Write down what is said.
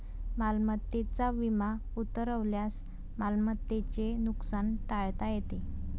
मालमत्तेचा विमा उतरवल्यास मालमत्तेचे नुकसान टाळता येते